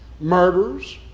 Murders